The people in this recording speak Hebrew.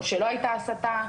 או שלא היתה הסתה,